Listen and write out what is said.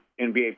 NBA